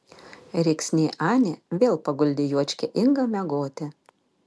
rėksnė anė vėl paguldė juočkę ingą miegoti